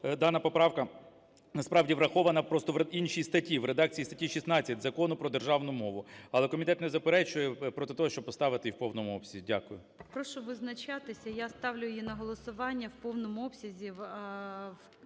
дана поправка насправді врахована, просто в іншій статті, в редакції статті 16 Закону про державну мову. Але комітет не заперечує проти того, щоб поставити її в повному обсязі. Дякую. ГОЛОВУЮЧИЙ. Прошу визначатися. Я ставлю її на голосування в повному обсязі, в тому,